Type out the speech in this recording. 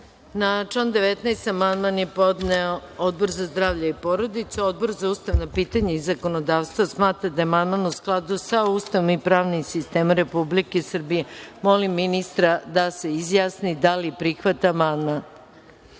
Na član 19. amandman je podneo Odbor za zdravlje i porodicu. Odbor za ustavna pitanja i zakonodavstvo smatra da je amandman u skladu sa Ustavom i pravnim sistemom Republike Srbije. Molim ministra da se izjasni da li prihvata amandman.